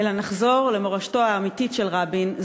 אלא נחזור למורשתו האמיתית של רבין,